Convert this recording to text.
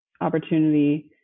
opportunity